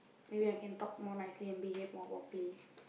maybe I can talk more nicely and behave more properly